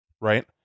right